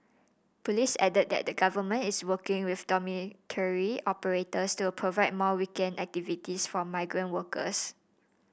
police added that the Government is working with dormitory operators to provide more weekend activities for migrant workers